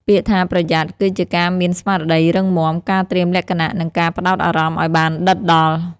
ពាក្យថា «ប្រយ័ត្ន» គឺជាការមានស្មារតីរឹងមាំ ការត្រៀមលក្ខណៈ និងការផ្ដោតអារម្មណ៍ឱ្យបានដិតដល់។